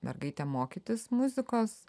mergaite mokytis muzikos